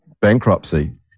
bankruptcy